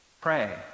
Pray